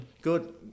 Good